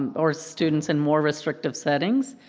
or students in more restrictive settings,